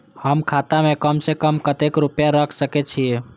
हम खाता में कम से कम कतेक रुपया रख सके छिए?